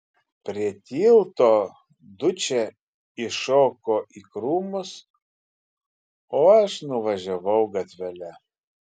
prie tilto dučė iššoko į krūmus o aš nuvažiavau gatvele